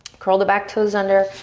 curl the back toes under,